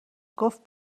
گفت